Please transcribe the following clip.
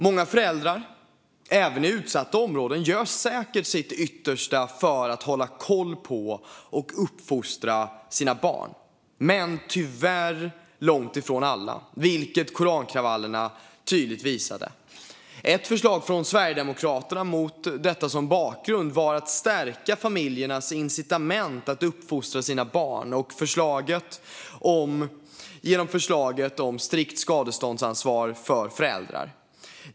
Många föräldrar, även i utsatta områden, gör säkert sitt yttersta för att hålla koll på och uppfostra sina barn men tyvärr långt ifrån alla, vilket korankravallerna tydligt visade. Med detta som bakgrund finns ett förslag från Sverigedemokraterna för att stärka familjers incitament att uppfostra sina barn. Det är förslaget om strikt skadeståndsansvar för föräldrar.